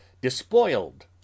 despoiled